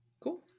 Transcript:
Cool